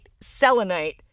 selenite